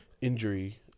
injury